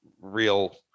real